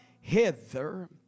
hither